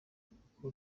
uko